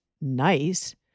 nice